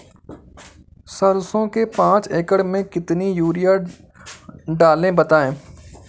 सरसो के पाँच एकड़ में कितनी यूरिया डालें बताएं?